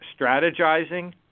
strategizing